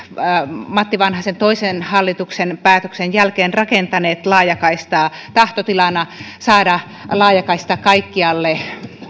matti vanhasen toisen hallituksen päätöksen jälkeen rakentaneet laajakaistaa tahtotilana saada laajakaista kaikkialle